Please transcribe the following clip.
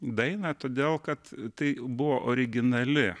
dainą todėl kad tai buvo originali